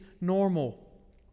normal